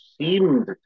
seemed